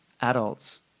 adults